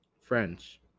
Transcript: french